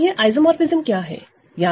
और यह आइसोमोरफ़िज्म क्या है